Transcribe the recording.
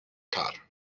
car